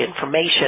information